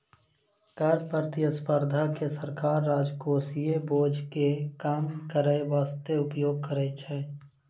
कर प्रतिस्पर्धा के सरकार राजकोषीय बोझ के कम करै बासते उपयोग करै छै